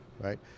right